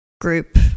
group